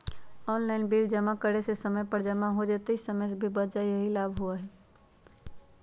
Online bill जमा करे से समय पर जमा हो जतई और समय भी बच जाहई यही लाभ होहई?